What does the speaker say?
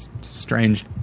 Strange